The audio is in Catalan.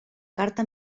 carta